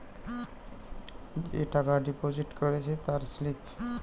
যে টাকা ডিপোজিট করেছে তার স্লিপ